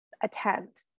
attend